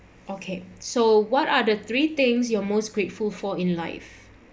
okay so what are the three things you most grateful for in life